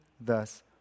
thus